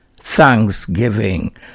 Thanksgiving